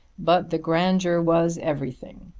but the grandeur was everything.